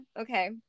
Okay